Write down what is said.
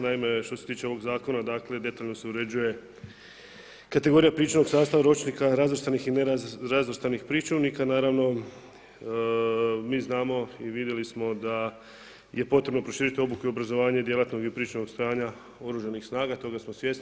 Naime, što se tiče ovog zakona, dakle, detaljno se uređuje kategorija pričuvnog sastava ročnika nerazvrstanih i razvrstanih pričuvnika, naravno, mi znamo i vidjeli smo da je potrebno proširiti obuku i obrazovanje djelatnog i pričuvnog stanja oružanih snaga, toga smo svjesni.